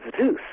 Zeus